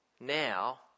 now